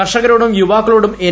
കർഷകരോടും യുവാക്ക ളോടും എൻ